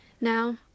now